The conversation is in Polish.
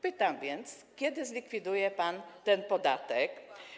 Pytam więc: Kiedy zlikwiduje pan ten podatek?